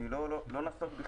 אני לא נסוג בכלל.